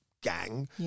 gang